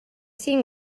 seen